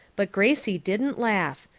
but gracie didn't laugh.